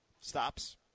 Stops